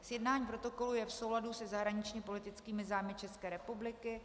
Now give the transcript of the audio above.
Sjednání protokolu je v souladu se zahraničněpolitickými zájmy České republiky.